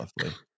lovely